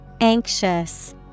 Anxious